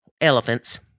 elephants